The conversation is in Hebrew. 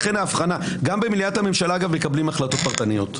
גם במליאת הממשלה אגב מקבלים החלטות פרטניות,